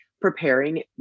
preparing